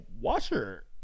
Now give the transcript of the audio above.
washer